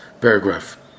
paragraph